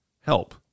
help